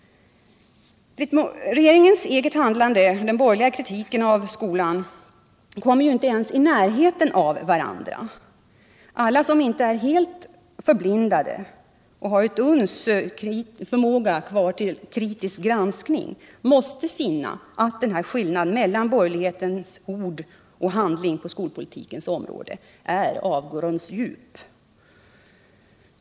Regeringens handlande och den borgerliga kritiken av skolan kommer inte ens i närheten av varandra! Alla som inte är helt borgerligt förblindade och alla som har åtminstone ett uns förmåga till kritisk granskning måste finna att skillnaden mellan borgerlighetens ord och handling på skolpolitikens område är avgrundsdjup.